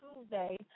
Tuesday